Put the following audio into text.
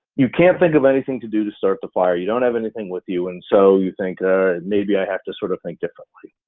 you can't think of anything to do to start the fire, you don't have anything with you, and so you think maybe i have to sort of think differently.